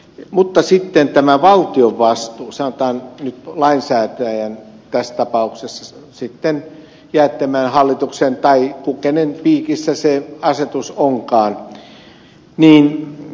mutta sitten tämä valtion vastuu sanotaan nyt lainsäätäjän tässä tapauksessa sitten jäätteenmäen hallituksen tai kenen piikissä se asetus onkaan